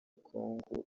congo